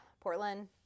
Portland